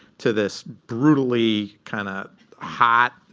to this brutally kind of hot